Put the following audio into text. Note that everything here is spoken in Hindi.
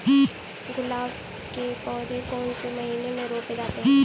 गुलाब के पौधे कौन से महीने में रोपे जाते हैं?